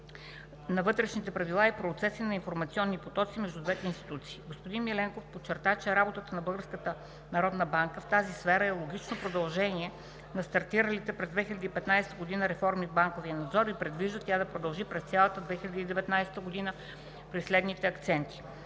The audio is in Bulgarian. на вътрешните правила и процеси и на информационните потоци между двете институции. Господин Миленков подчерта, че работата на Българската народна банка в тази сфера е логично продължение на стартираните през 2015 г. реформи в банковия надзор и се предвижда тя да продължи през цялата 2019 г. при следните акценти: